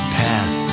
path